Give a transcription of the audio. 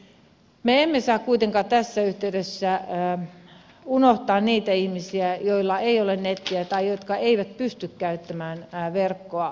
me emme saa kuitenkaan tässä yhteydessä unohtaa niitä ihmisiä joilla ei ole nettiä tai jotka eivät pysty käyttämään verkkoa asiakaspalvelussaan